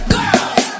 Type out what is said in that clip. Girls